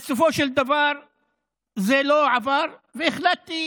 בסופו של דבר זה לא עבר, והחלטתי